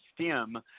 stem